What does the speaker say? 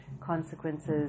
consequences